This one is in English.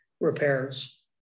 repairs